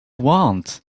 want